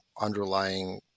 underlying